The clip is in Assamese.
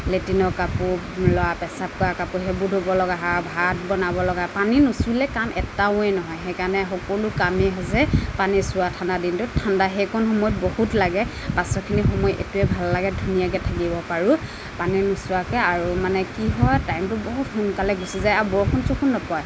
লেট্ৰিনৰ কাপোৰ ধোৱা পেচাব কৰা কাপোৰ সেইবোৰ ধুব লগা হয় আৰু ভাত বনাব লগা পানী নুচুলে কাম এটাওৱে নহয় সেইকাৰণে সকলো কামেই হৈছে পানী চোৱা ঠাণ্ডা দিনটোত ঠাণ্ডা সেইকণ সময়ত বহুত লাগে পাছৰখিনি সময় এইটোৱে ভাল লাগে ধুনীয়াকে থাকিব পাৰোঁ পানী নোচোৱাকে আৰু মানে কি হয় টাইমটো বহুত সোনকালে গুচি যায় আৰু বৰষুণ চৰষুণ নপৰে